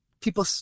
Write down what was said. people